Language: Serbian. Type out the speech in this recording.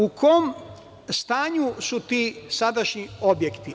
U kom stanju su ti sadašnji objekti?